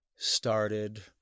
started